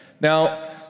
Now